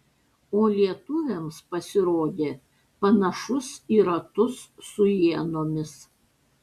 o lietuviams pasirodė panašus į ratus su ienomis